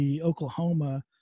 Oklahoma